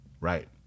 Right